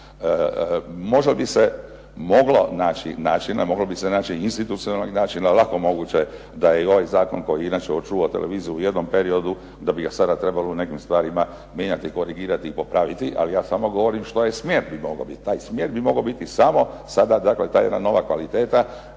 moglo bi se naći i institucionalnog načina, lako moguće da je i ovaj zakon pojedinačno očuvao televiziju u jednom periodu da bi ga sada trebalo u nekim stvarima mijenjati, korigirati i popraviti, ali ja samo govorim što je smjer mogao biti. Taj smjer bi mogao biti samo sada ta jedna nova kvaliteta